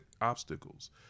obstacles